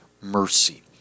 mercy